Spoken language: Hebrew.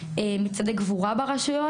מצעדי גבורה ברשויות,